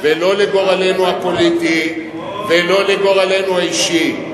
ולא לגורלנו הפוליטי, ולא לגורלנו האישי.